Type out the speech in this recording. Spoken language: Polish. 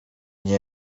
nie